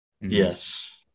Yes